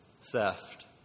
theft